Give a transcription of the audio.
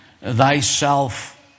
thyself